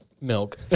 milk